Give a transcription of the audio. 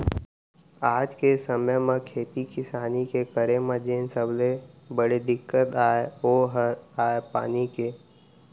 आज के समे म खेती किसानी के करे म जेन सबले बड़े दिक्कत अय ओ हर अय पानी के